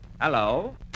Hello